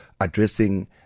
addressing